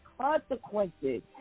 consequences